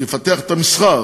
יפתח את המסחר,